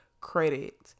credit